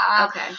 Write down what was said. Okay